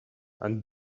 and